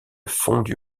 fondu